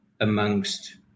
amongst